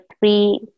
three